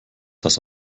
das